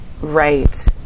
right